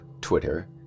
Twitter